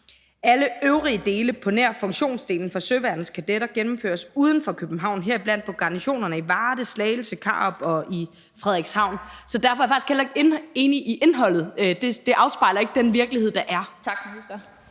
Alle øvrige dele på nær funktionsdelen for søværnets kadetter gennemføres uden for København, heriblandt på garnisonerne i Varde, Slagelse, Karup og Frederikshavn. Derfor er jeg faktisk heller ikke enig i indholdet. Det afspejler ikke den virkelighed, der er. Kl.